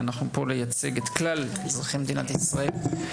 אנחנו פה כדי לייצג את כלל אזרחי מדינת ישראל.